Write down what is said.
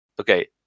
okay